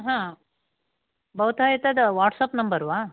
भवतः एतत् WhatsApp number वा